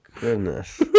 goodness